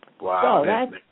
Wow